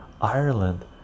Ireland